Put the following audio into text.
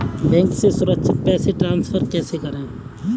Bank से सुरक्षित पैसे ट्रांसफर कैसे करें?